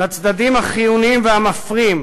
לצדדים החיוניים והמפרים,